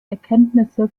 erkenntnisse